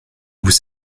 vous